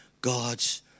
God's